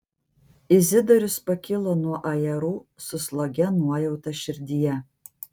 izidorius pakilo nuo ajerų su slogia nuojauta širdyje